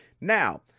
Now